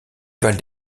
valent